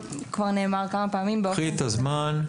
קחי את הזמן,